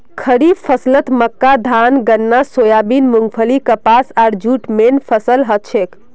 खड़ीफ फसलत मक्का धान गन्ना सोयाबीन मूंगफली कपास आर जूट मेन फसल हछेक